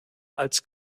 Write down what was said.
als